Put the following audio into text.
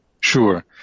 Sure